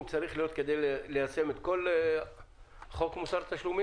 שצריך להיות כדי ליישם את כל חוק מוסר התשלומים?